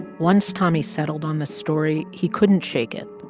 once tommy settled on the story, he couldn't shake it.